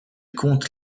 compte